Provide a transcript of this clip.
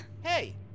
Hey